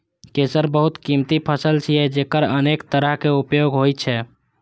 केसर बहुत कीमती फसल छियै, जेकर अनेक तरहक उपयोग होइ छै